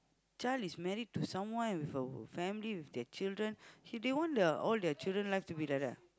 child is married to someone with a family with their children he they want the all their children life to be like that ah